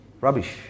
Rubbish